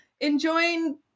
enjoying